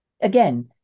again